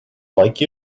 like